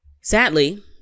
sadly